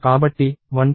కాబట్టి 1233కి ఇది 1233